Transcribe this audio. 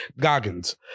Goggins